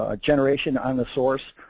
ah generation on the source.